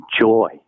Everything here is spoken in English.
joy